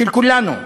של כולנו.